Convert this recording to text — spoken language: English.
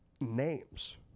names